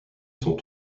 sont